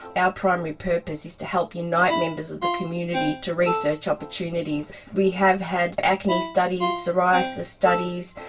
our primary purpose is to help unite members of the community to research opportunities. we have had acne studies, psoriasis studies,